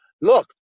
look